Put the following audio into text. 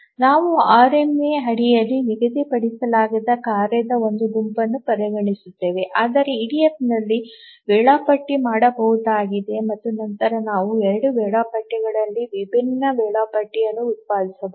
ನಾವು ಆರ್ಎಂಎ ಅಡಿಯಲ್ಲಿ ನಿಗದಿಪಡಿಸಲಾಗದ ಕಾರ್ಯದ ಒಂದು ಗುಂಪನ್ನು ಪರಿಗಣಿಸುತ್ತೇವೆ ಆದರೆ ಇಡಿಎಫ್ನಲ್ಲಿ ವೇಳಾಪಟ್ಟಿ ಮಾಡಬಹುದಾಗಿದೆ ಮತ್ತು ನಂತರ ನಾವು 2 ವೇಳಾಪಟ್ಟಿಗಳನ್ನು ವಿಭಿನ್ನ ವೇಳಾಪಟ್ಟಿಗಳನ್ನು ಉತ್ಪಾದಿಸಬಹುದು